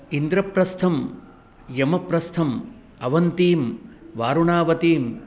इन्द्रप्रस्थं यमप्रस्थम् अवन्तीं वारुणावतीं